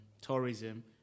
Tourism